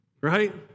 Right